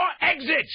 exit